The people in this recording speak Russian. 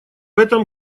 этом